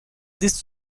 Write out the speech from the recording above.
these